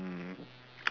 um